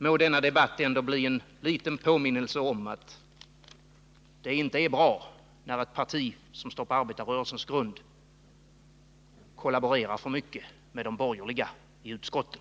Må denna debatt ändå bli en liten påminnelse om att det inte är bra när ett parti på arbetarrörelsens grund kollaborerar för mycket med de borgerliga i utskotten.